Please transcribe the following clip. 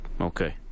Okay